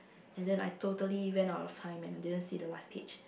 and then I totally went out the time I didn't see the last page